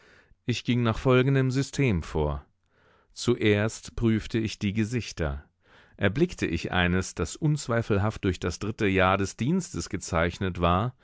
ich ging nach folgendem system vor zuerst prüfte ich die gesichter erblickte ich eines das unzweifelhaft durch das dritte jahr des dienstes gezeichnet war